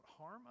harm